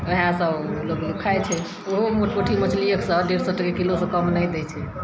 ओहए सभ लोक खाय छै ओहो पोठी मछली एक सए डेढ़ सए टके किलो सँ कम नहि दै छै